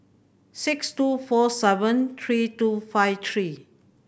six two four seven three two five three